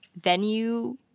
venue